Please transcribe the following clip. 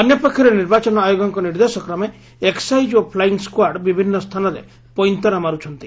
ଅନ୍ୟପକ୍ଷରେ ନିର୍ବାଚନ ଆୟୋଗଙ୍କ ନିର୍ଦ୍ଦେଶକ୍ରମେ ଏକ୍ାଇଜ୍ ଓ ପ୍ଲାଇଂ ସ୍କାର୍ଡ ବିଭିନ୍ନ ସ୍ଥାନରେ ପଇନ୍ତରା ମାରୁଛନ୍ତି